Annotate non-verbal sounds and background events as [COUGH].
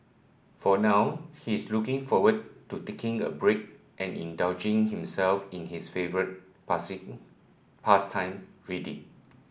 for now he is looking forward to taking a break and indulging himself in his favourite [UNINTELLIGIBLE] pastime reading